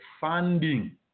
funding